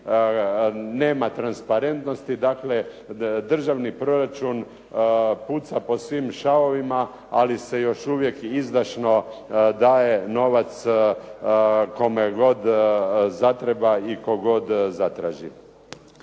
nema transparentnosti, dakle državni proračun puca po svim šavovima, ali se još uvije izdašno daje novac kome god zatreba i tko god zatraži.